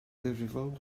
ddifrifol